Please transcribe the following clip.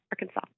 Arkansas